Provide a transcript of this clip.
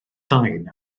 sain